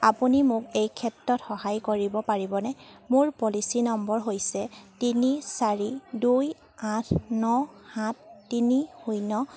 আপুনি মোক এই ক্ষেত্ৰত সহায় কৰিব পাৰিবনে মোৰ পলিচী নম্বৰ হৈছে তিনি চাৰি দুই আঠ ন সাত তিনি শূন্য